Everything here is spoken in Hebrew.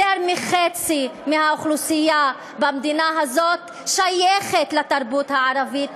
יותר מחצי מהאוכלוסייה במדינת הזאת שייכת לתרבות הערבית,